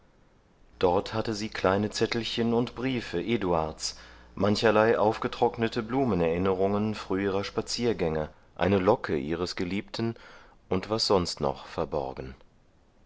dort hatte sie kleine zettelchen und briefe eduards mancherlei aufgetrocknete blumenerinnerungen früherer spaziergänge eine locke ihres geliebten und was sonst noch verborgen